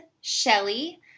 Shelly